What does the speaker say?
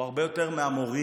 הוא הרבה יותר מהמורים,